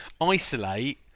isolate